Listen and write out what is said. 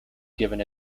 given